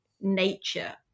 nature